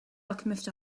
alchemist